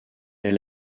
est